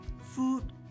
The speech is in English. food